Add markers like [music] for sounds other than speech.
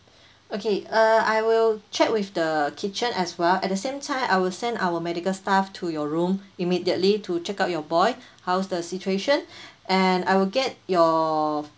okay uh I will check with the kitchen as well at the same time I will send our medical staff to your room immediately to check out your boy how's the situation [breath] and I will get your